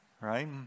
right